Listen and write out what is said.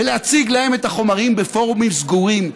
ולהציג להם את החומרים בפורומים סגורים.